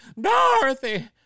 Dorothy